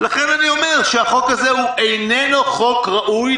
אני אומר שהחוק הזה הוא איננו חוק ראוי,